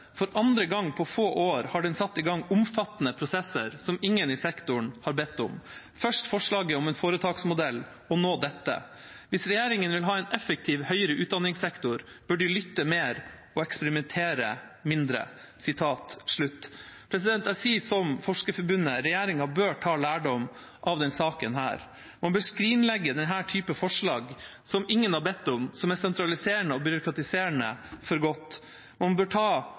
For andre gang på få år har den satt i gang omfattende prosesser som ingen i sektoren har bedt om. Først forslaget om en foretaksmodell, og nå dette. Hvis regjeringen vil ha en effektiv høyere utdanningssektor, bør de lytte mer og eksperimentere mindre.» Jeg sier som Forskerforbundet: Regjeringa bør ta lærdom av denne saken. Man bør skrinlegge for godt denne typen forslag som ingen har bedt om, og som er sentraliserende og byråkratiserende. Man bør ta